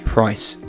Price